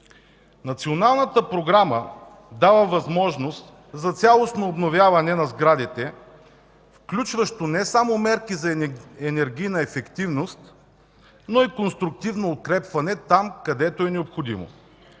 Националната програма дава възможност за цялостно обновяване на сградите, включващо не само мерки за енергийна ефективност, но и конструктивно укрепване там, където е необходимо.